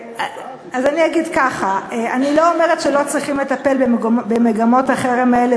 אז אני אגיד ככה: אני לא אומרת שלא צריכים לטפל במגמות החרם האלה,